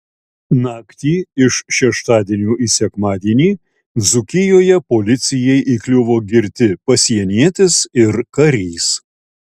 naktį iš šeštadienio į sekmadienį dzūkijoje policijai įkliuvo girti pasienietis ir karys